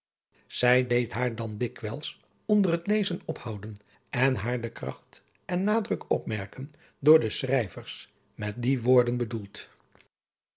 zij deed haar dan dikwijls onder het lezen ophouden en haar de kracht en nadruk opmeradriaan loosjes pzn het leven van hillegonda buisman ken door de schrijvers met die woorden bedoeld